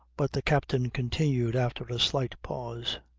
but the captain continued after a slight pause,